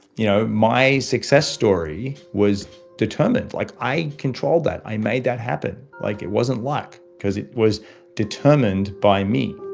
you know, my success story was determined. like, i controlled that. i made that happen. like, it wasn't luck because it was determined by me